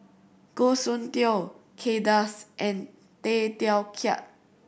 Goh Soon Tioe Kay Das and Tay Teow Kiat